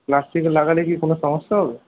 প্লাষ্টিকের লাগালে কি কোনো সমস্যা হবে